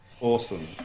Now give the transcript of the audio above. Awesome